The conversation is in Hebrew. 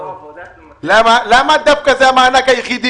שבו עבודת המטה --- למה דווקא זה המענק היחיד?